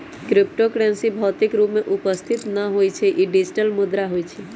crypto currency भौतिक रूप में उपस्थित न होइ छइ इ डिजिटल मुद्रा होइ छइ